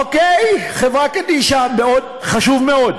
אוקיי, חברה קדישא, חשוב מאוד.